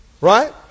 Right